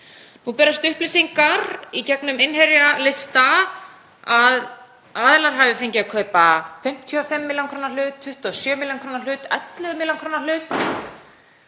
Nú berast upplýsingar í gegnum innherjalista um að aðilar hafi fengið að kaupa 55 millj. kr. hlut, 27 millj. kr. hlut, 11 millj. kr. hlut.